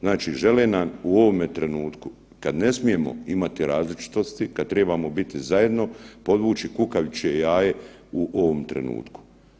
Znači žele nam u ovom trenutku kada ne smijemo imati različitosti, kada tribamo biti zajedno podvući kukavičje jaje u ovom trenutku.